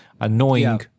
annoying